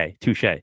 touche